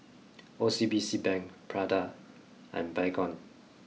O C B C Bank Prada and Baygon